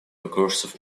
recursive